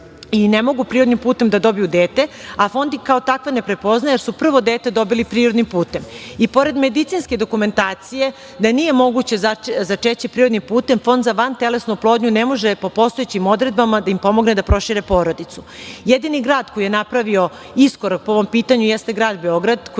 i ne mogu prirodnim putem da dobiju dete, a Fond ih kao takve ne prepoznaje jer su prvo dete dobili prirodnim putem. I pored medicinske dokumentacije da nije moguće začeće prirodnim putem, Fond za vantelesnu oplodnju ne može po postojećim odredbama da im pomogne da prošire porodicu. Jedini grad koji je napravio iskorak po ovom pitanju jeste grad Beograd,